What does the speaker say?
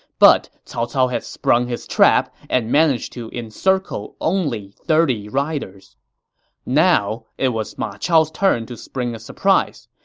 but cao cao had sprung his trap and managed to encircle only thirty riders now it was ma chao's turn to spring a surprise.